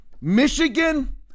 Michigan